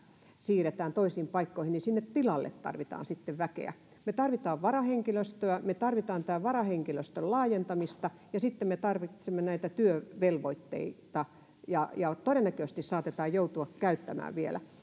siirrämme toisiin paikkoihin myös sinne tilalle väkeä me tarvitsemme varahenkilöstöä me tarvitsemme tämän varahenkilöstön laajentamista ja sitten me tarvisemme näitä työvelvoitteita todennäköisesti niitä saatetaan joutua käyttämään vielä